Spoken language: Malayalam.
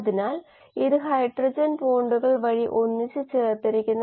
അതാണ് ഇവിടെ നമ്മുടെ സമീപനവുമായി പൊരുത്തപ്പെടുന്നതായി മാറുന്നത്